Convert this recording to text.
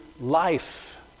life